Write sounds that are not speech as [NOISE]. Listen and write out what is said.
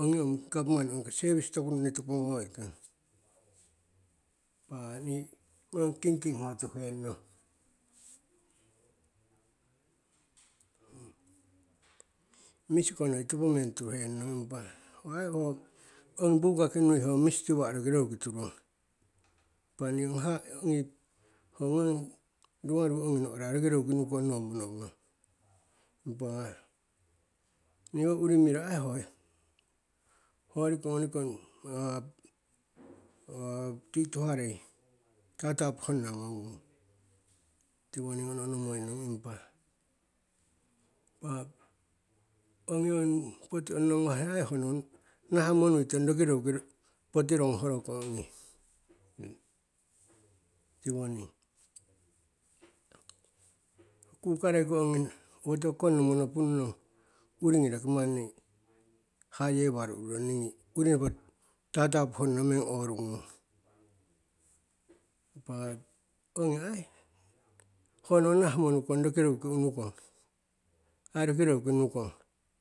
ongi ong gavman ongko sevis toku runni topo ngoitong. Impa ni ngong kingking ho tuhenong, misi ko noi topo meng tuhenong, impa, ho ai ongi buka ki nui ho misi tiwa'a rokiroruki turong. Impa ni ong haha'a, ongi ho ngong rumaru ongi no'ora rokiroruki nukong nowo mono gnong, impa ni owo uri miro ai ho, ho riku [HESITATION] (riku ngoni kong tuituharei tatapu honna ngo gung tiwo ning ono ono moinong impa, [HESITATION] ongi nui poti ongnowo ngawah ai honowo nahah monuitong rokiroruki poti roguhorokong ongi, tiwoning. Kukareiko ongi owotiwo kong nomo nopunnong, uri ngi rokimanni haye waro ururong, ni ngi urinopo tatapu honna meng oru ngung. Impa, o gni ai, honowo nahah monukong roki roruki unukong, ai, roki roruki nukong.